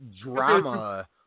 drama